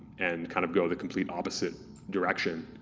and kind of go the complete opposite direction.